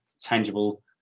tangible